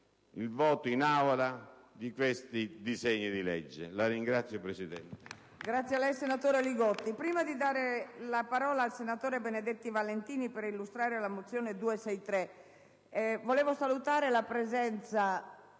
il voto in Aula di questi disegni di legge.